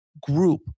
group